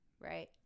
right